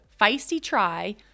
FEISTYTRY